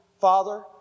father